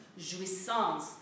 jouissance